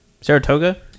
Saratoga